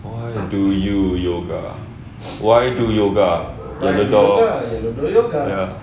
why do you yoga why do yoga by the door ya